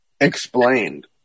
explained